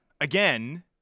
again